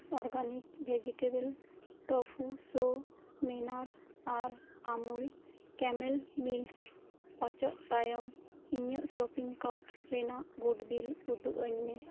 margins organic vegetable tofu so paneer ᱟᱨ Amul camel milk ᱚᱪᱚᱜ ᱛᱟᱭᱚᱢ ᱤᱧᱟᱹᱜ ᱥᱚᱯᱤᱝ ᱠᱟᱨᱴ ᱨᱮᱭᱟᱜ ᱜᱩᱴ ᱵᱤᱞ ᱩᱫᱩᱜ ᱟᱹᱧ ᱢᱮ